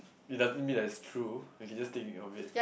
it doesn't mean that it's true we should just think of it